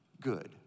good